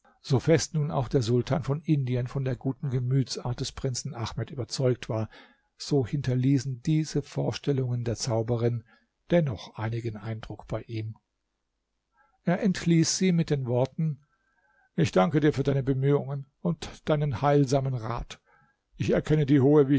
so fest nun auch der sultan von indien von der guten gemütsart des prinzen ahmed überzeugt war so hinterließen diese vorstellungen der zauberin dennoch einigen eindruck bei ihm er entließ sie mit den worten ich danke dir für deine bemühungen und deinen heilsamen rat ich erkenne die hohe